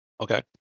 Okay